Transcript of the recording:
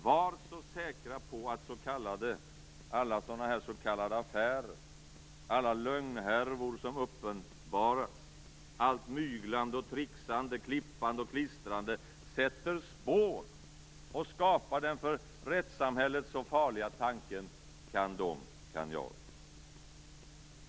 Var så säkra på att alla s.k. affärer, alla lögnhärvor som uppenbaras, allt myglande och tricksande, klippande och klistrande sätter spår och skapar den för rättssamhället så farliga tanken: Kan de kan jag!